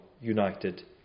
united